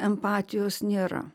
empatijos nėra